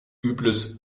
übles